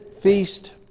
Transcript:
feast